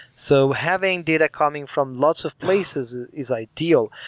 so having data coming from lots of places is ideal.